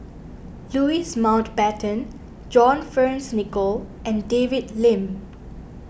Louis Mountbatten John Fearns Nicoll and David Lim